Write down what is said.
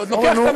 הוא לוקח את,